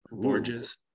gorgeous